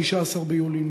15 ביולי,